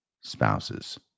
spouses